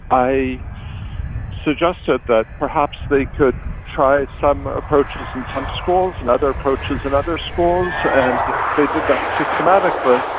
i suggested that perhaps they could try some ah approaches in some schools and other approaches in and other schools. and if they did that systematically,